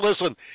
listen